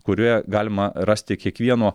kurioje galima rasti kiekvieno